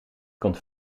komt